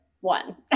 one